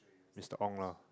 Mr-Ong lah